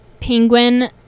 penguin